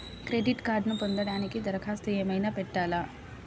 Credit కార్డ్ను పొందటానికి దరఖాస్తు ఏమయినా పెట్టాలా?